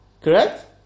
Correct